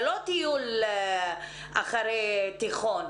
זה לא טיול אחרי תיכון.